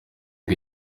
ngo